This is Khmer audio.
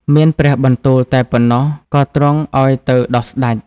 មានព្រះបន្ទូលតែប៉ុណ្ណោះ ក៏ទ្រង់អោយទៅដោះស្ដេច។